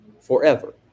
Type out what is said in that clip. forever